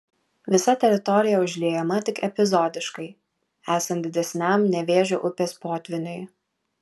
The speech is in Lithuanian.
visa teritorija užliejama tik epizodiškai esant didesniam nevėžio upės potvyniui